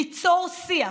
ליצור שיח,